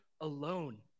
alone